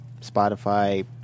Spotify